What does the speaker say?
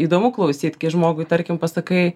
įdomu klausyt kai žmogui tarkim pasakai